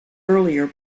earlier